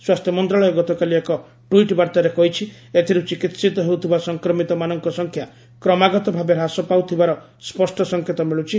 ସ୍ୱାସ୍ଥ୍ୟ ମନ୍ତ୍ରଣାଳୟ ଗତକାଲି ଏକ ଟ୍ୱିଟ୍ ବାର୍ତ୍ତାରେ କହିଛି ଏଥିରୁ ଚିକିିିିତ ହେଉଥିବା ସଂକ୍ରମିତମାନଙ୍କ ସଂଖ୍ୟା କ୍ରମାଗତ ଭାବେ ହ୍ରାସ ପାଉଥିବାର ସ୍ୱଷ୍ଟ ସଂକେତ ମିଳୁଛି